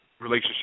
relationship